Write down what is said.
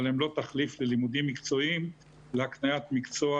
אבל הם לא תחליף ללימודים מקצועיים להקניית מקצוע